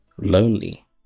lonely